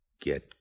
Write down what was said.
Get